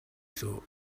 thought